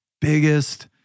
biggest